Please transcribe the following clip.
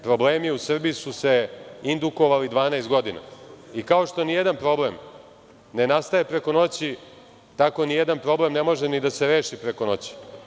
Problemi u Srbiji su se indukovali 12 godina i kao što nijedan problem ne nastaje preko noći, tako nijedan problem ne može ni da se reši preko noći.